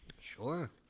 Sure